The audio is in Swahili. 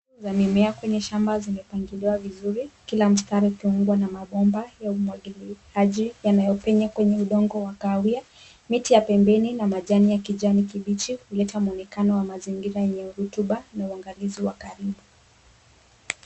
Mimea kwenye shamba zimepangiliwa vizuri kila mstari ukiwa na mabomba ya umwagiliaji maji yanyopenye kwa udongo wa kahawia miti ya pembeni na majani ya kijani kibichi huleta muonekano wa yenye rutuba na uangalizi wa karibu.